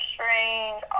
Strange